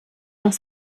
nach